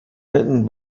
written